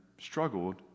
struggled